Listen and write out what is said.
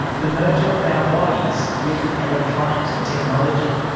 the merger of our bodies with electronics or technology.